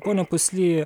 pone pusly